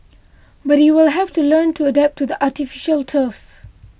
but he will have to learn to adapt to the artificial turf